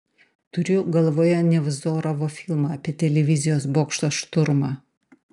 turiu galvoje nevzorovo filmą apie televizijos bokšto šturmą